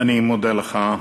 אני מודה לך.